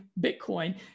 Bitcoin